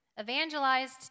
evangelized